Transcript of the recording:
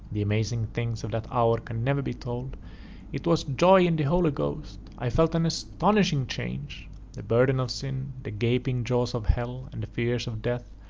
the amazing things of that hour can never be told it was joy in the holy ghost! i felt an astonishing change the burden of sin, the gaping jaws of hell, and the fears of death,